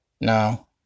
No